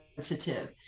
sensitive